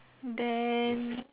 then